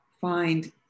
find